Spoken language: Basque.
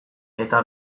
eta